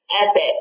epic